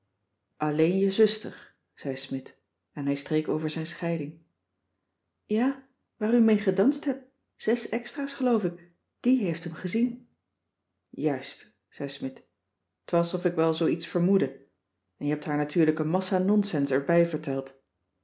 alleen je zuster zei smidt en hij streek over zijn scheiding ja waar u mee gedanst hebt zes extra's geloof ik die heeft hem gezien juist zei smidt t was of ik wel zoo iets vermoedde en je hebt haar natuurlijk een massa nonsens erbij verteld